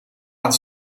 aan